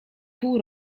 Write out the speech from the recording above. pół